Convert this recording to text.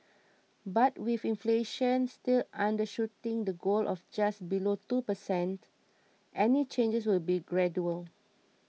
but with inflation still undershooting the goal of just below two per cent any changes will be gradual